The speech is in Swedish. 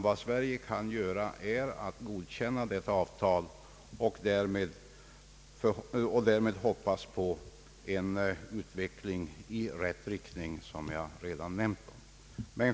Vad Sverige kan göra är att godkänna detta avtal och därmed hoppas på en utveckling i rätt riktning, som jag redan nämnt.